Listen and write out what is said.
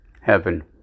heaven